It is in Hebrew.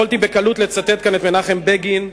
יכולתי בקלות לצטט כאן את מנחם בגין,